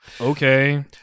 okay